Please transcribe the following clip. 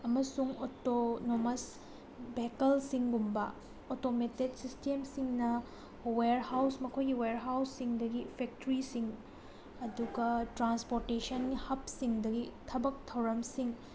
ꯑꯃꯁꯨꯡ ꯑꯧꯇꯣꯅꯣꯃꯁ ꯚꯦꯍꯤꯀꯜꯁꯤꯡꯒꯨꯝꯕ ꯑꯧꯇꯣꯃꯦꯇꯦꯠ ꯁꯤꯁꯇꯦꯝꯁꯤꯡꯅ ꯋꯦꯌꯔ ꯍꯥꯎꯁ ꯃꯈꯣꯏꯒꯤ ꯋꯦꯌꯔ ꯍꯥꯎꯁꯁꯤꯡꯗꯒꯤ ꯐꯦꯛꯇꯔꯤꯁꯤꯡ ꯑꯗꯨꯒ ꯇ꯭ꯔꯥꯟꯁꯄꯣꯔꯇꯦꯁꯟ ꯍꯕꯁꯤꯡꯗꯒꯤ ꯊꯕꯛ ꯊꯧꯔꯝꯁꯤꯡ